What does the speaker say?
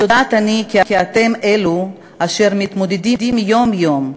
יודעת אני כי אתם אלו אשר מתמודדים יום-יום,